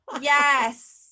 Yes